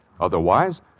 Otherwise